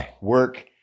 work